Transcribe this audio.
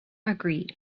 agreed